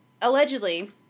allegedly